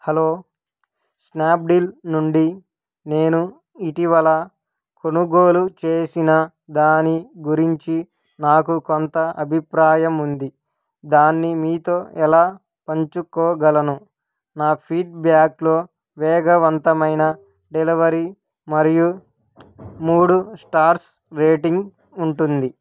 hello Snapdeal నుండి నేను ఇటీవల కొనుగోలు చేసిన దాని గురించి నాకు కొంత అభిప్రాయం ఉంది దాన్ని మీతో ఎలా పంచుకోగలను నా ఫీడ్బ్యాక్లో వేగవంతమైన డెలివరీ మరియు మూడు స్టార్స్ రేటింగ్ ఉంటుంది